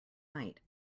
night